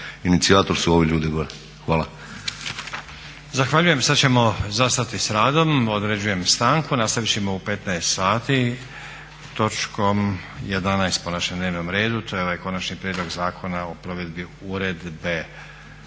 **Stazić, Nenad (SDP)** Zahvaljujem. Sad ćemo zastati s radom. Određujem stanku. Nastavit ćemo u 15,00 sati s točkom 11. po našem dnevnom redu, to je ovaj Konačni prijedlog Zakona o provedbi uredbe